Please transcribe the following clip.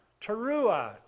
Teruah